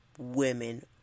women